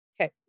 Okay